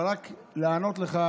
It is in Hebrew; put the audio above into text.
אבל רק לענות לך